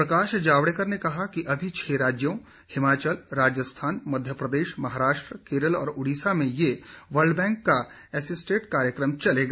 प्रकाश जावड़ेकर ने कहा कि अभी छह राज्यों हिमाचल राजस्थान मध्य प्रदेश महाराष्ट्र केरल और उड़ीसा में ये वर्ल्ड बैंक का एसीस्टेंट कार्यक्रम चलेगा